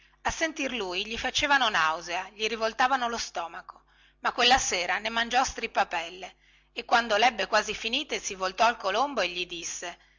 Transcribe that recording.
a sentir lui gli facevano nausea gli rivoltavano lo stomaco ma quella sera ne mangiò a strippapelle e quando lebbe quasi finite si voltò al colombo e gli disse